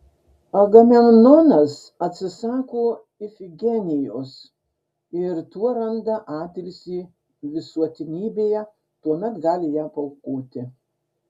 agamemnonas atsisako ifigenijos ir tuo randa atilsį visuotinybėje tuomet gali ją paaukoti